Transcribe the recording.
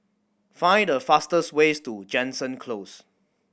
find the fastest ways to Jansen Close